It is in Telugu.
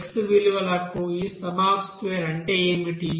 X విలువలకు ఈ సమ్ అఫ్ స్క్వేర్ అంటే ఏమిటి